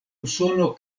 usono